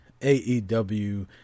AEW